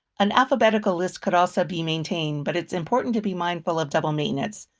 an alphabetical list could also be maintained, but it's important to be mindful of double maintenance.